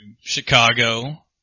Chicago